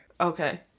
Okay